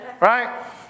Right